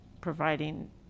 providing